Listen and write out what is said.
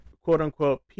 quote-unquote